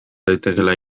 daitekeela